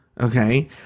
okay